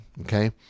okay